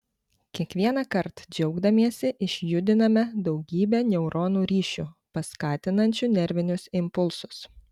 kiekvienąkart džiaugdamiesi išjudiname daugybę neuronų ryšių paskatinančių nervinius impulsus